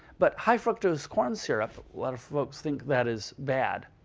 but high fructose corn syrup, a lot of folks think that is bad.